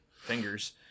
fingers